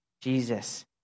Jesus